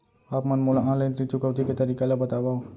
आप मन मोला ऑनलाइन ऋण चुकौती के तरीका ल बतावव?